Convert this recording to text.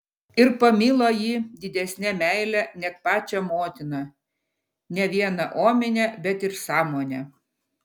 ir pamilo jį didesne meile neg pačią motiną ne viena omine tik ir sąmone